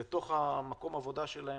למקום העבודה שלהם.